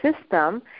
system